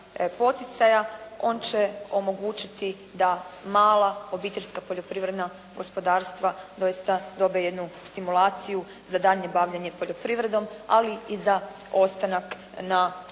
poticaja, on će omogućiti da mala obiteljska poljoprivredna gospodarstva doista dobiju jednu stimulaciju za daljnje bavljenje poljoprivredom, ali i za ostanak na hrvatskom